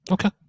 Okay